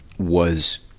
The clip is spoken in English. was,